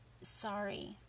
sorry